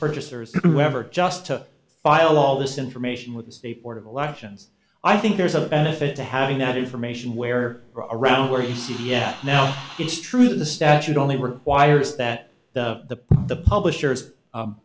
purchasers whoever just to file all this information with the state board of elections i think there's a benefit to having that information where around where he said yes now it's true that the statute only were wires that the the publishers